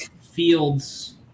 Fields